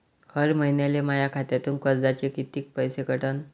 हर महिन्याले माह्या खात्यातून कर्जाचे कितीक पैसे कटन?